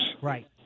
right